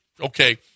okay –